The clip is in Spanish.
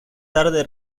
tarde